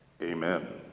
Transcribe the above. Amen